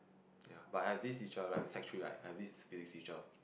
ya but I have this teacher right sec three right I have this physics teacher